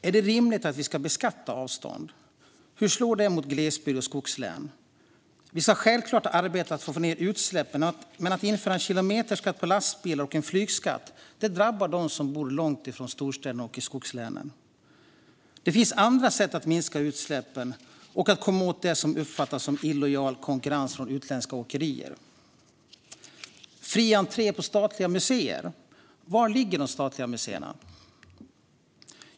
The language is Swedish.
Är det rimligt att vi ska beskatta avstånd? Hur slår det mot glesbygd och skogslän? Vi ska självklart arbeta för att få ned utsläppen, men att införa en kilometerskatt på lastbilar och en flygskatt drabbar dem som bor långt från storstäderna och i skogslänen. Det finns andra sätt att minska utsläppen och att komma åt det som uppfattas som en illojal konkurrens från utländska åkerier. Det har införts fri entré på statliga museer. Var ligger de statliga museerna?